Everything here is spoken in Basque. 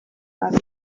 gabe